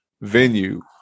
venue